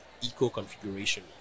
eco-configuration